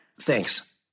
Thanks